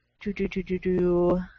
Do-do-do-do-do